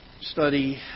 study